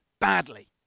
badly